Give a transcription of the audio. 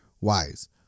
wise